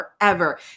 forever